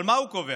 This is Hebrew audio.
אבל מה הוא קובע?